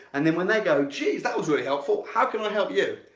and then when they go, geez, that was really helpful. how can i help you,